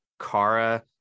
cara